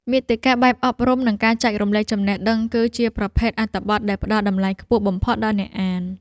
មាតិកាបែបអប់រំ និងការចែករំលែកចំណេះដឹង គឺជាប្រភេទអត្ថបទដែលផ្តល់តម្លៃខ្ពស់បំផុតដល់អ្នកអាន។